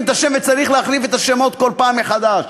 את השם וצריך להחליף את השמות כל פעם מחדש.